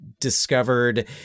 discovered